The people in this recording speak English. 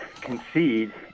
concede